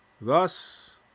Thus